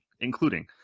including